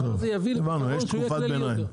הדבר הזה יביא לפתרון שיהיה כללי יותר.